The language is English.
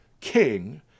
king